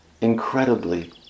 incredibly